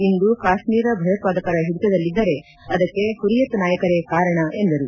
ಇಂದು ಕಾತ್ಮೀರ ಭಯೋತ್ವಾದಕರ ಹಿಡಿತದಲ್ಲಿದ್ದರೆ ಅದಕ್ಕೆ ಹುರಿಯತ್ ನಾಯಕರೇ ಕಾರಣ ಎಂದರು